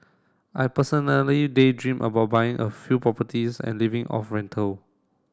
I personally daydream about buying a few properties and living off rental